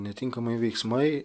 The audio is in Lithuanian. netinkamai veiksmai